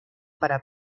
para